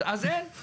אז אין.